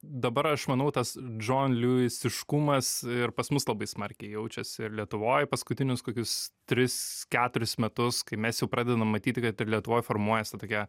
dabar aš manau tas džon liuistiškumas ir pas mus labai smarkiai jaučiasi ir lietuvoj paskutinius kokius tris keturis metus kai mes jau pradedam matyti kad ir lietuvoj formuojas ta tokia